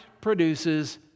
produces